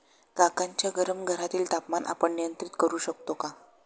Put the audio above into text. काकांच्या गरम घरातील तापमान आपण नियंत्रित करु शकतो का?